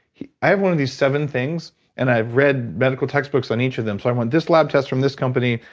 i have one of these seven things and i've read medical textbooks on each of them so i want this lab test from this company,